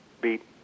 beat